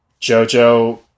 Jojo